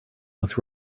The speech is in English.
was